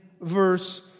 verse